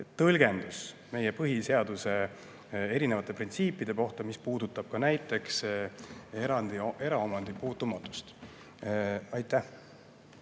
tõlgendus meie põhiseaduse erinevate printsiipide kohta, mis puudutavad ka näiteks eraomandi puutumatust. Hea